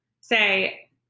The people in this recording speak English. say